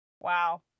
Wow